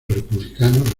republicano